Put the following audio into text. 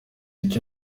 icyo